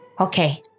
Okay